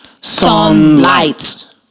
Sunlight